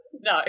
No